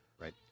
Right